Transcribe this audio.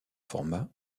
format